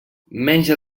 menys